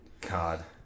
God